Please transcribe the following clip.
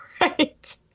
right